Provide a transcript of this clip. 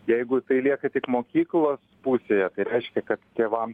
jeigu tai lieka tik mokyklos pusėje tai reiškia kad tėvam